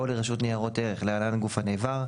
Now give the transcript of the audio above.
או לרשות ניירות ערך (להלן - הגוף הנעבר),